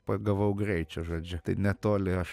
pagavau greičio žodžiu tai netoli aš